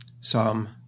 Psalm